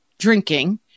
Drinking